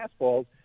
fastballs